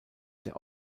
der